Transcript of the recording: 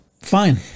Fine